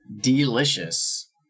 delicious